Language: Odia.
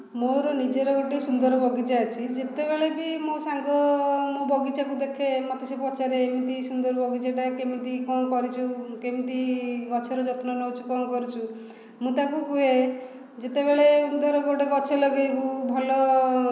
ମୋର ନିଜର ଗୋଟେ ସୁନ୍ଦର ବଗିଚା ଅଛି ଯେତେବେଳେ ବି ମୋ ସାଙ୍ଗ ମୋ ବଗିଚାକୁ ଦେଖେ ମୋତେ ସେ ପଚାରେ ଏମିତି ସୁନ୍ଦର ବଗିଚାଟା କେମିତି କ'ଣ କରିଛୁ କେମିତି ଗଛର ଯତ୍ନ ନେଉଛୁ କ'ଣ କରୁଛୁ ମୁଁ ତାକୁ କୁହେ ଯେତେବେଳେ ଧର ଗୋଟେ ଗଛ ଲଗାଇବୁ ଭଲ